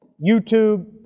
youtube